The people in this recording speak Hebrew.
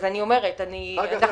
אגף